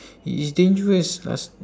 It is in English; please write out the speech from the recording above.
it is dangerous last